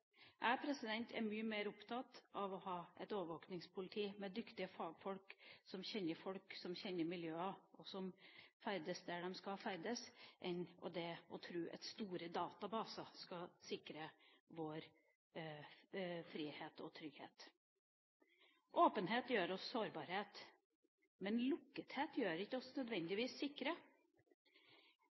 Jeg er mye mer opptatt av å ha et overvåkingspoliti med dyktige fagfolk som kjenner folk, som kjenner miljøer, og som ferdes der de skal ferdes, enn å tro at store databaser skal sikre vår frihet og trygghet. Åpenhet gjør oss sårbare, men lukkethet gjør oss ikke nødvendigvis sikre.